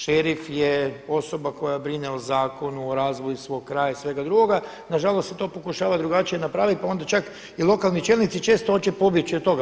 Šerif je osoba koja brine o zakonu, o razvoju svog kraja i svega drugoga, nažalost se to pokušava drugačije napraviti pa onda čak i lokalni čelnici često hoće pobjeći od toga.